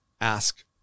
ask